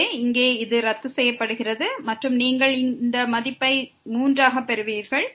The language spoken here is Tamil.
எனவே இங்கே இது ரத்து செய்யப்படுகிறது மற்றும் நீங்கள் இந்த மதிப்பை 3 ஆகபெறுவீர்கள்